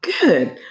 Good